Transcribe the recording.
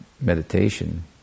meditation